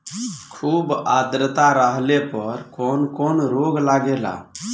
खुब आद्रता रहले पर कौन कौन रोग लागेला?